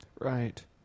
Right